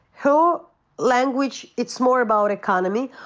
her language, it's more about economy.